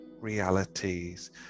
realities